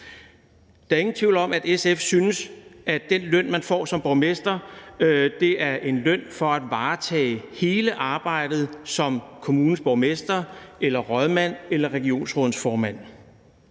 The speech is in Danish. Der er ingen tvivl om, at SF synes, at den løn, man får som borgmester, er en løn for at varetage hele arbejdet som kommunens borgmester eller rådmand eller som regionsrådsformand.